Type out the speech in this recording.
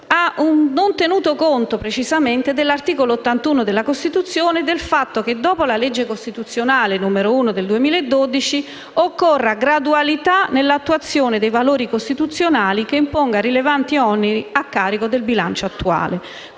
aver tenuto sufficientemente conto dell'articolo 81 della Costituzione e del fatto che dopo la legge costituzionale n. 1 del 2012 occorra "gradualità nell'attuazione dei valori costituzionali che imponga rilevanti oneri a carico del bilancio statale",